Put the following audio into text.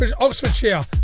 Oxfordshire